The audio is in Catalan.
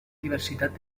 diversitat